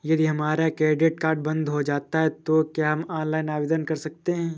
यदि हमारा credit card बंद हो जाता है तो क्या हम ऑनलाइन आवेदन कर सकते हैं?